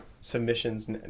submissions